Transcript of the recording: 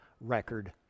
record